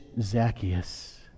Zacchaeus